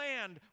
land